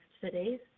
today's